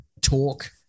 talk